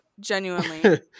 Genuinely